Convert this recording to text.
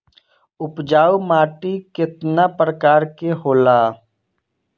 उपजाऊ माटी केतना प्रकार के होला?